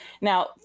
Now